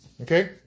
Okay